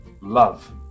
love